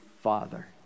Father